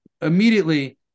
immediately